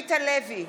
עמית הלוי,